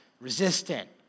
resistant